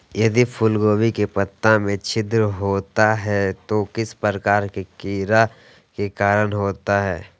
यदि फूलगोभी के पत्ता में छिद्र होता है तो किस प्रकार के कीड़ा के कारण होता है?